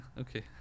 okay